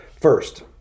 First